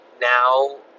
now